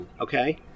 Okay